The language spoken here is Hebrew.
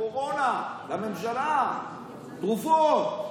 לקורונה, לממשלה, תרופות.